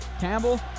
Campbell